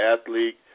athlete